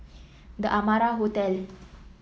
The Amara Hotel